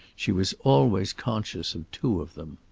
she was always conscious of two of them.